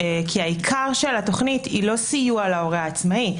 כי העיקר של התוכנית היא לא סיוע להורה העצמאי,